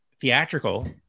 theatrical